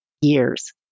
years